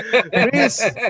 Chris